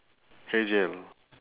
hair gel